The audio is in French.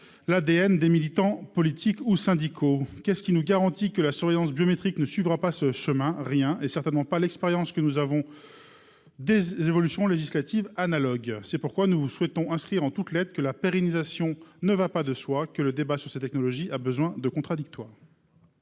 l'ADN des militants politiques ou syndicaux ? Qu'est-ce qui nous garantit que la surveillance biométrique ne suivra pas ce même chemin ? Rien ! Certainement pas l'expérience que nous avons des évolutions législatives analogues ! C'est pourquoi nous souhaitons inscrire en toutes lettres dans la loi que la pérennisation ne va pas de soi et que le débat sur ces technologies a besoin de contradictoire.